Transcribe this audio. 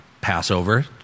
Passover